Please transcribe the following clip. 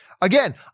Again